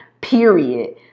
period